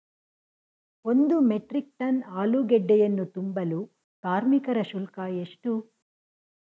ಒಂದು metric ton ಆಲೂಗೆಡ್ಡೆಯನ್ನು ತುಂಬಲು ಕಾರ್ಮಿಕರ ಶುಲ್ಕ ಎಷ್ಟು?